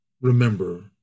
remember